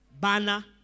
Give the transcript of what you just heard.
Banner